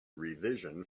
revision